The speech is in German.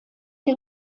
der